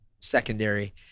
secondary